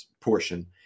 portion